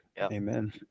amen